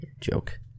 joke